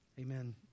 amen